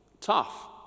tough